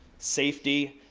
safety,